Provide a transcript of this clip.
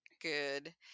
Good